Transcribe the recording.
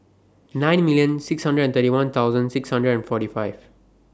nine million six hundred and thirty one thousand six hundred and forty five